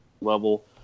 level